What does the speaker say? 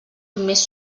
més